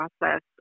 process